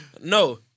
No